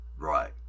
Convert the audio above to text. Right